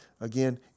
Again